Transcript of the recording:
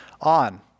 on